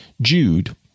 jude